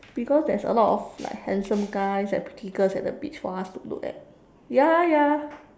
because there's a lot of like handsome guys and pretty girls at the beach for us to look at ya ya